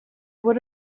would